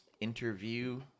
interview